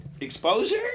exposure